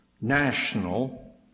national